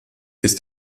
ist